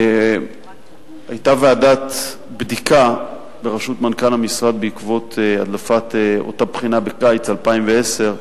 היתה ועדת בדיקה בראשות מנכ"ל המשרד בעקבות הדלפת אותה בחינה בקיץ 2010,